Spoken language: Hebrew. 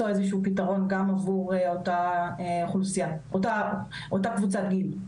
למצוא איזשהו פתרון גם עבור אותה קבוצת גיל.